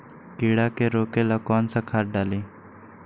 कीड़ा के रोक ला कौन सा खाद्य डाली?